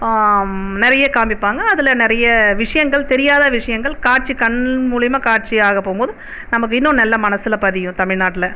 நிறைய காமிப்பாங்கள் அதில் நிறைய விஷயங்கள் தெரியாத விஷயங்கள் காட்சி கண் மூலியமாக காட்சியாக போகுமோது நமக்கு இன்னும் நல்ல மனசுல பதியும் தமிழ்நாட்டில்